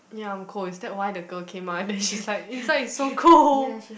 ya I'm cold is that why the girl came out and then she's like inside is so cold